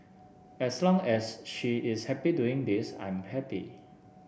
as long as she is happy doing this I'm happy